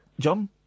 John